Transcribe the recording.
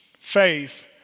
faith